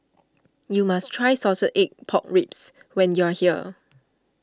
you must try Salted Egg Pork Ribs when you are here